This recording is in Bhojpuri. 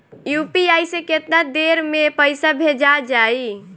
यू.पी.आई से केतना देर मे पईसा भेजा जाई?